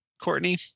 courtney